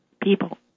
people